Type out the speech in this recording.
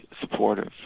supportive